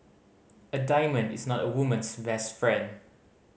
a diamond is not a woman's best friend